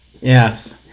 Yes